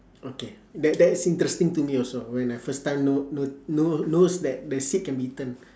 okay that that is interesting to me also when I first time know know know knows that the seed can be eaten